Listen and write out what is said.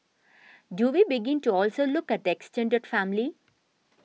do we begin to also look at the extended family